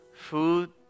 food